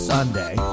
Sunday